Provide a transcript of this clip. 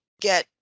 get